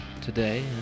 today